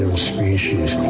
species.